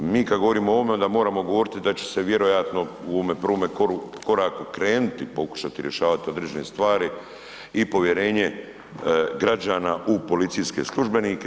Mi kad govorimo o ovome, onda moramo govoriti da će se vjerojatno u ovome prvome koraku krenuti pokušati rješavati određene stvari i povjere građana u policijske službenike.